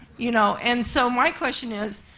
you know? and so my question is,